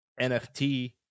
NFT